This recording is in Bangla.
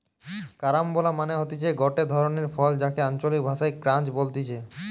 কারাম্বলা মানে হতিছে গটে ধরণের ফল যাকে আঞ্চলিক ভাষায় ক্রাঞ্চ বলতিছে